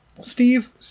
steve